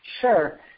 sure